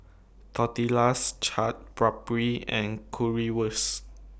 Tortillas Chaat Papri and Currywurst